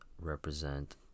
represent